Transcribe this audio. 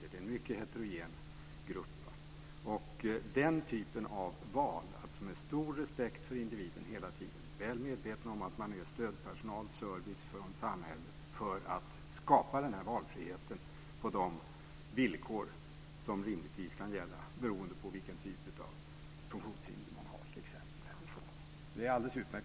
Detta är en mycket heterogen grupp. Det handlar om den typen av val - hela tiden med stor respekt för individen och i medvetande om att man är stödpersonal, en service från samhället för att skapa denna valfrihet på de villkor som rimligtvis kan gälla beroende på t.ex. vilken typ av funktionshinder det rör sig om. Det är alldeles utmärkt.